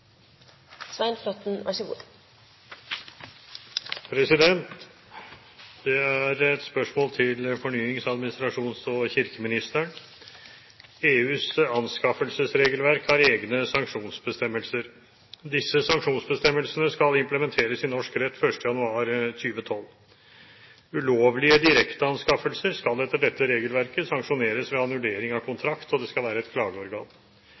anskaffelsesregelverk har egne sanksjonsbestemmelser. Disse sanksjonsbestemmelsene skal implementeres i norsk rett 1. januar 2012. Ulovlige direkteanskaffelser skal etter dette regelverket sanksjoneres ved annullering av kontrakt, og det skal være et klageorgan.